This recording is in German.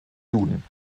juden